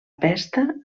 pesta